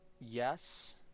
Yes